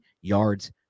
yards